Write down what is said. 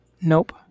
Nope